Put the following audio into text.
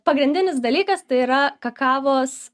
pagrindinis dalykas tai yra kakavos